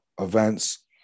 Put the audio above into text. events